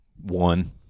One